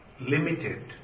limited